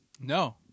No